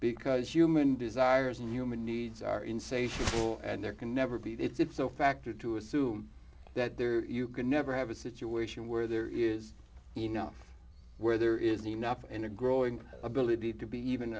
because human desires and human needs are insatiable and there can never be the it's so factor to assume that there you can never have a situation where there is enough where there isn't enough in a growing ability to be even